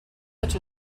such